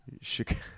chicago